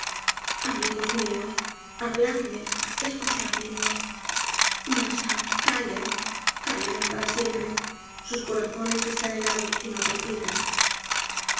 amigos mios habladme escuchad mi voz mas ah callan callan para siempre sus corazones están helados y n palpitan